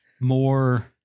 more-